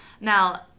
Now